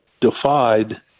defied